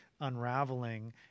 unraveling